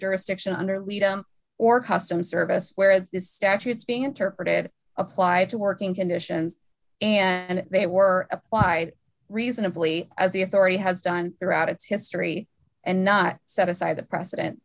jurisdiction under leda or custom service where the statutes being interpreted apply to working conditions and they were applied reasonably as the authority has done throughout its history and not set aside the precedent